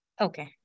Okay